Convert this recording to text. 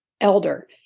elder